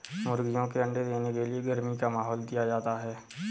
मुर्गियों के अंडे देने के लिए गर्मी का माहौल दिया जाता है